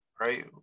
right